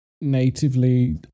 natively